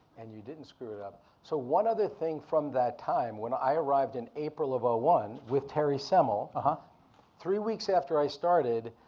and you didn't screw it up. so one other thing from that time, when i arrived in april of ah one with terry semel, and three weeks after i started,